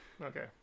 okay